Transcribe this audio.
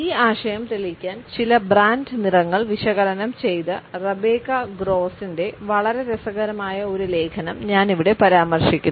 ഈ ആശയം തെളിയിക്കാൻ ചില ബ്രാൻഡ് നിറങ്ങൾ വിശകലനം ചെയ്ത റെബേക്ക ഗ്രോസിന്റെ വളരെ രസകരമായ ഒരു ലേഖനം ഞാൻ ഇവിടെ പരാമർശിക്കുന്നു